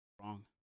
Wrong